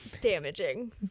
Damaging